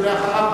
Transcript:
אחריו,